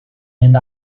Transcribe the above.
mynd